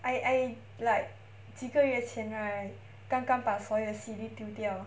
I I like 几个月前来 right 刚刚把所有的 C_D 丢掉